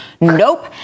Nope